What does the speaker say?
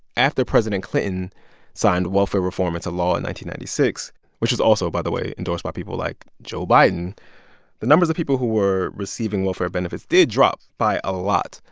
after president clinton signed welfare reform into law and ninety ninety six which was also, by the way, endorsed by people like joe biden the numbers of people who were receiving welfare benefits did drop by a lot.